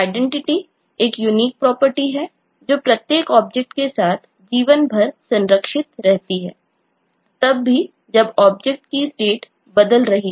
identity वह unique property है जो प्रत्येक ऑब्जेक्ट के साथ जीवन भर संरक्षित रहती है तब भी जब ऑब्जेक्ट की स्टेट बदल रही हो